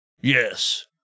Yes